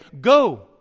Go